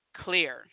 clear